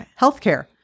healthcare